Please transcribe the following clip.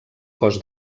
cos